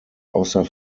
außer